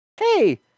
Hey